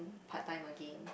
part time again